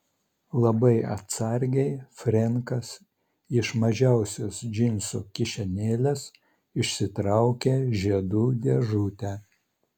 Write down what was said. labai atsargiai frenkas iš mažiausios džinsų kišenėlės išsitraukė žiedų dėžutę